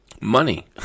Money